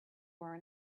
were